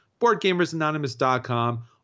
BoardGamersAnonymous.com